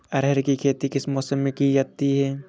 अरहर की खेती किस मौसम में की जाती है?